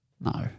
no